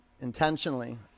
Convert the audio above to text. intentionally